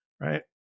right